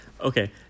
Okay